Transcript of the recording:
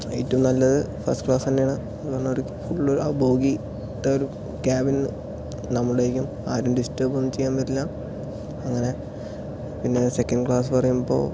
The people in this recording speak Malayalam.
ഏറ്റവും നല്ലത് ഫസ്റ്റ് ക്ലാസ് തന്നെ ആണ് കാരണം ആ ബോഗി ഒറ്റ ഒരു ക്യാബിൻ നമ്മളെയും ആരും ഡിസ്റ്റർബ് ഒന്നും ചെയ്യാൻ വരില്ല അങ്ങനെ പിന്നെ സെക്കൻഡ് ക്ലാസ് പറയുമ്പോൾ